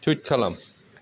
tweet खालाम